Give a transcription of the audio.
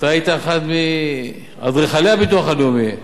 אתה היית אחד מאדריכלי הביטוח הלאומי.